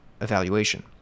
Evaluation